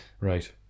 Right